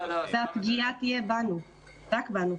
הפגיעה תהיה רק בנו.